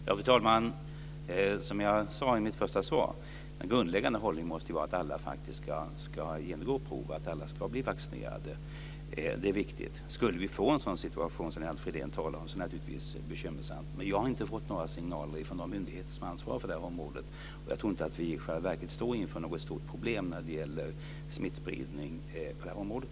Fru talman! Som jag sade i mitt första svar måste en grundläggande hållning vara att alla faktiskt ska genomgå prov och bli vaccinerade. Det är viktigt. Om vi skulle få en sådan situation som Lennart Fridén talar om är det naturligtvis bekymmersamt, men jag har inte fått några signaler från de myndigheter som ansvarar för det här området. Jag tror inte att vi i själva verket står inför något stort problem när det gäller smittspridning på det här området.